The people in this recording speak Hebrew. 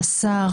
השר,